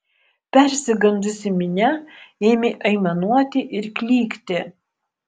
persigandusi minia ėmė aimanuoti ir klykti